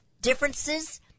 differences